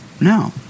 No